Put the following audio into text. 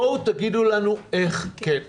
בואו תגידו לנו איך כן.